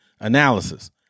analysis